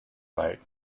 right